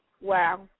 Wow